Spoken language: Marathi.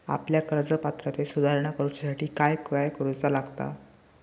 आपल्या कर्ज पात्रतेत सुधारणा करुच्यासाठी काय काय करूचा लागता?